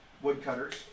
woodcutters